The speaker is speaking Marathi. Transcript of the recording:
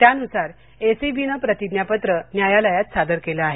त्यानुसार एसीबीने प्रतिज्ञापत्र न्यायालयात सादर केलं आहे